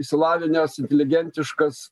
išsilavinęs inteligentiškas